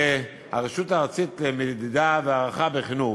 זה הרשות הארצית למדידה והערכה בחינוך,